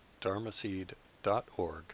dharmaseed.org